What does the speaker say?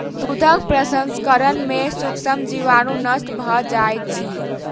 दूधक प्रसंस्करण में सूक्ष्म जीवाणु नष्ट भ जाइत अछि